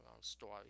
story